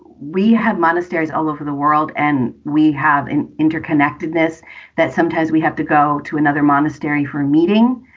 we have monasteries all over the world and we have an interconnectedness that sometimes we have to go to another monastery for a meeting.